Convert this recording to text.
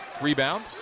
Rebound